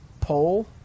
poll